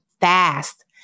fast